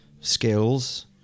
skills